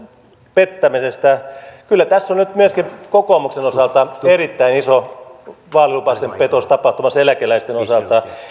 pettämisestä kyllä tässä on nyt myöskin kokoomuksen osalta erittäin iso vaalilupausten petos tapahtumassa eläkeläisten osalta